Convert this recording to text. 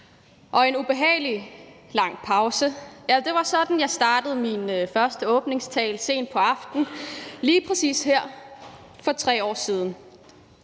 der en ubehagelig lang pause. Det var sådan, jeg startede min første åbningstale lige præcis her sent på aftenen